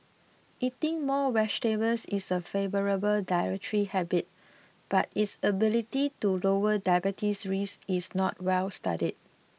eating more vegetables is a favourable dietary habit but its ability to lower diabetes risk is not well studied